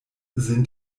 sind